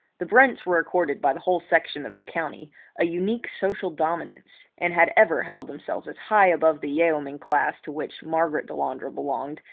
the brents were accorded by the whole section of the country a unique social dominance, and had ever held themselves as high above the yeoman class to which margaret delandre belonged,